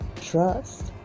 trust